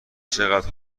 چقدر